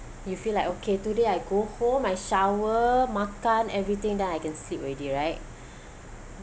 you feel like okay today I go home I shower makan everything then I can sleep already right